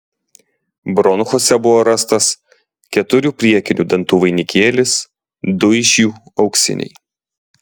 bronchuose buvo rastas keturių priekinių dantų vainikėlis du iš jų auksiniai